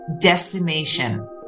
decimation